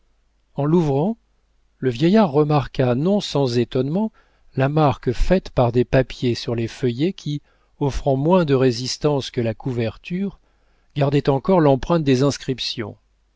en l'ouvrant le vieillard remarqua non sans étonnement la marque faite par des papiers sur les feuillets qui offrant moins de résistance que la couverture gardaient encore l'empreinte des inscriptions